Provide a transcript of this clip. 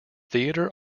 theatre